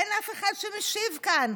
אין אף אחד שמשיב כאן.